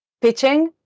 pitching